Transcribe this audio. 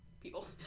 people